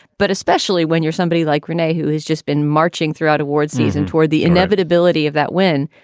but especially when you're somebody like rene, who has just been marching throughout awards season toward the inevitability of that win.